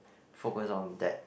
focus on that